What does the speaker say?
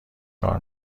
کار